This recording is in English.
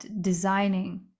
designing